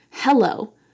Hello